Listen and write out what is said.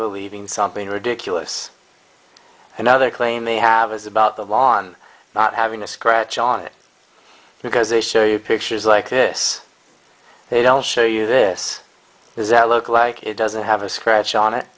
believing something ridiculous and now they claim they have is about the law on not having a scratch on it because they show you pictures like this they don't show you this is our local like it doesn't have a scratch on it